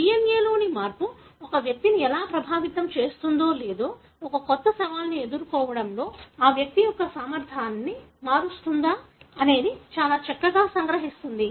DNA లో మార్పు ఒక వ్యక్తిని ఎలా ప్రభావితం చేస్తుందో లేదా ఒక కొత్త సవాలును ఎదుర్కోవడంలో ఒక వ్యక్తి సామర్థ్యాన్ని ఎలా మారుస్తుందో చాలా చక్కగా సంగ్రహిస్తుంది